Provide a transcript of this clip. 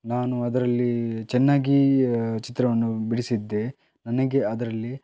ನಾನು ಅದರಲ್ಲಿ ಚೆನ್ನಾಗಿ ಚಿತ್ರವನ್ನು ಬಿಡಿಸಿದ್ದೆ ನನಗೆ ಅದರಲ್ಲಿ